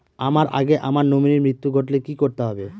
আমার আগে আমার নমিনীর মৃত্যু ঘটলে কি করতে হবে?